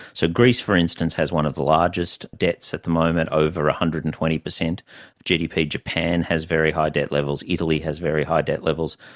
so greece, for instance, has one of the largest debts at the moment, over one hundred and twenty percent of gdp. japan has very high debt levels, italy has very high debt levels.